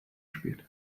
spät